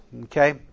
Okay